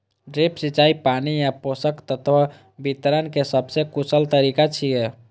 drip सिंचाई पानि आ पोषक तत्व वितरण के सबसं कुशल तरीका छियै